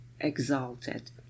exalted